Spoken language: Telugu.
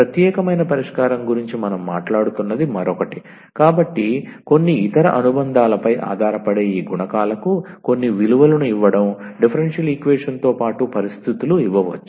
ప్రత్యేకమైన పరిష్కారం గురించి మనం మాట్లాడుతున్నది మరొకటి కాబట్టి కొన్ని ఇతర అనుబంధాలపై ఆధారపడే ఈ గుణకాలకు కొన్ని విలువలను ఇవ్వడం డిఫరెన్షియల్ ఈక్వేషన్ తో పాటు పరిస్థితులు ఇవ్వవచ్చు